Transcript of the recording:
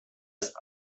ist